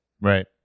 Right